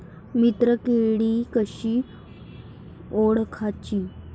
मित्र किडी कशी ओळखाची?